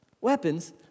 Weapons